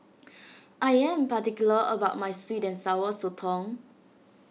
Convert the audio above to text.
I am particular about my Sweet and Sour Sotong